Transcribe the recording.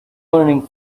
learning